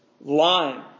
Lying